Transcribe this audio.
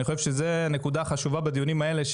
אני חושב שזה נקודה חשובה בדיונים האלה.